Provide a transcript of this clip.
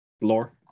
lore